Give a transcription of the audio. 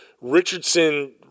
Richardson